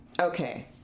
Okay